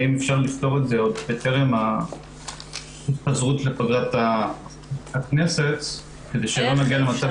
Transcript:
ואם אפשר לפתור את זה עוד בטרם ההתפזרות לפגרת הכנסת כדי שלא נגיע למצב